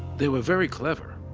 they were very clever,